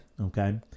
Okay